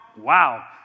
wow